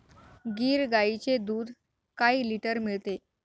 गीर गाईचे दूध काय लिटर मिळते?